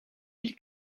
mille